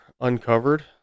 uncovered